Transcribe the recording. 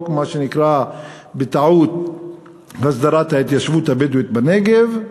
מה שנקרא בטעות הסדרת ההתיישבות הבדואית בנגב.